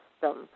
system